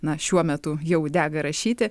na šiuo metu jau dega rašyti